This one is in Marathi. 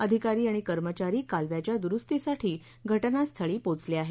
अधिकारी आणि कर्मचारी कालव्याच्या दुरुस्तीसाठी घटनास्थळी पोचले आहेत